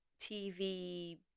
TV